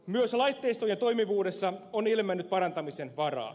myös laitteistojen toimivuudessa on ilmennyt parantamisen varaa